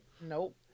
Nope